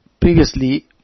previously